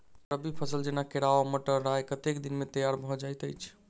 रबी फसल जेना केराव, मटर, राय कतेक दिन मे तैयार भँ जाइत अछि?